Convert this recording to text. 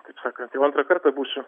kaip sakant jau antrą kartą būsiu